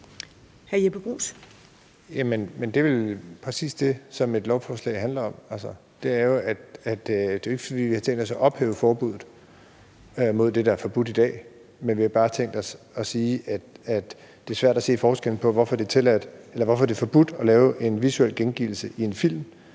det er vel præcis det, som et lovforslag handler om. Det er jo ikke, fordi vi har tænkt os at ophæve forbuddet mod det, der er forbudt i dag. Men vi har bare tænkt os at sige, at det er svært at se forskellen på, hvorfor det er forbudt at lave en visuel gengivelse i en film,